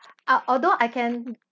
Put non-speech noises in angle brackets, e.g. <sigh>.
ah although I can <noise>